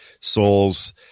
souls